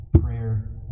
prayer